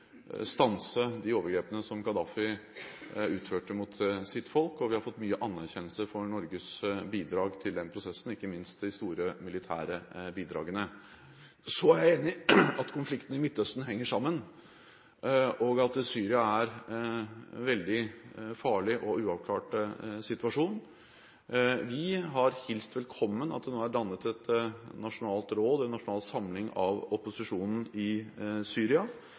stanse de overgrepene som Gaddafi utførte mot sitt folk, og vi har fått mye anerkjennelse for Norges bidrag i den prosessen, ikke minst de store militære bidragene. Så er jeg enig i at konfliktene i Midtøsten henger sammen, og at situasjonen i Syria er veldig farlig; det er en uavklart situasjon. Vi har hilst velkommen dannelsen av et nasjonalt råd, en nasjonal samling av opposisjonen i Syria.